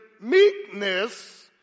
meekness